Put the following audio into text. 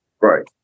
Right